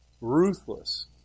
Ruthless